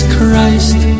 Christ